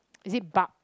is it bug